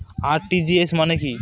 RTGS মানে টা কি?